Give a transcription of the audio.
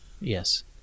yes